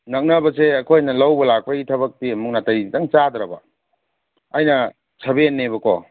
ꯅꯛꯅꯕꯁꯦ ꯑꯩꯈꯣꯏꯅ ꯂꯧꯕ ꯂꯥꯛꯄꯩ ꯊꯕꯛꯇꯤ ꯑꯃꯨꯛ ꯅꯥꯇꯩ ꯈꯤꯇꯪ ꯆꯥꯗ꯭ꯔꯕ ꯑꯩꯅ ꯁꯚꯦꯟꯅꯦꯕꯀꯣ